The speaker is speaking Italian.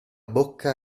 bocca